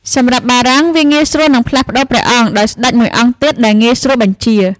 សម្រាប់បារាំង វាងាយស្រួលនឹងផ្លាស់ប្ដូរព្រះអង្គដោយស្ដេចមួយអង្គទៀតដែលងាយស្រួលបញ្ជា។